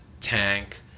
tank